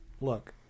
look